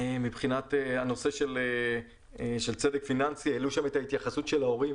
מבחינת צדק פיננסי העלו את ההתייחסות של ההורים